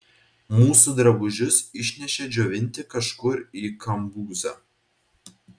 mūsų drabužius išnešė džiovinti kažkur į kambuzą